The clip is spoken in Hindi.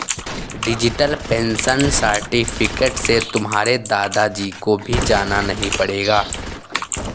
डिजिटल पेंशन सर्टिफिकेट से तुम्हारे दादा जी को भी जाना नहीं पड़ेगा